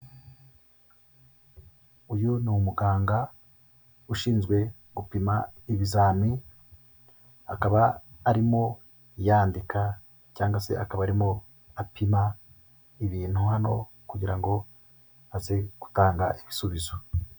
Uyu ni umuganga ushinzwe gupima ibizami, akaba arimo yandika cyangwa se akaba arimo apima ibintu hano kugira ngo aze gutanga ibisubizo.